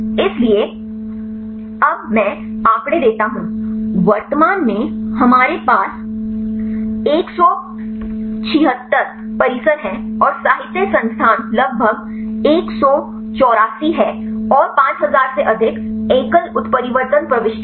इसलिए अब मैं आंकड़े देता हूं वर्तमान में हमारे पास 176 परिसर हैं और साहित्य संसाधन लगभग 184 है और 5000 से अधिक एकल उत्परिवर्तन प्रविष्टियां हैं